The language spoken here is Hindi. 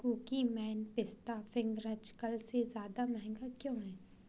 कुकीमैन पिस्ता फ़िन्गर्स कल से ज़्यादा महँगा क्यों है